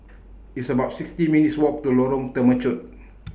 It's about sixty minutes' Walk to Lorong Temechut